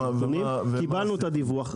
קיבלנו את הדיווח,